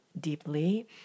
deeply